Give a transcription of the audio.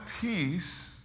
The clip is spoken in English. peace